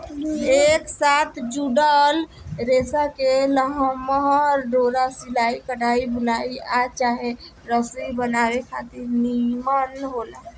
एक साथ जुड़ल रेसा के लमहर डोरा सिलाई, कढ़ाई, बुनाई आ चाहे रसरी बनावे खातिर निमन होला